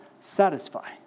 satisfy